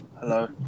Hello